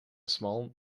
small